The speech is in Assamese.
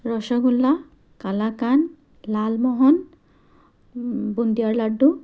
ৰসগোল্লা কালাকান লালমোহন বুন্দিয়াৰ লাড্ডু